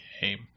game